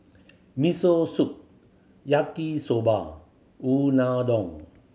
Miso Soup Yaki Soba Unadon